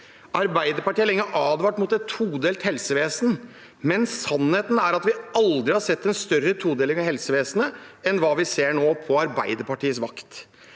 Arbeiderpartiet har lenge advart mot et todelt helsevesen, men sannheten er at vi aldri har sett en større todeling av helsevesenet enn det vi ser nå, på Arbeiderpartiets vakt.